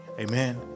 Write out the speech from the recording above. Amen